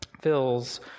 fills